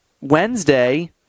Wednesday